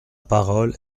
parole